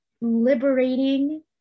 liberating